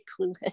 clueless